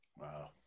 Wow